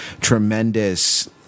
tremendous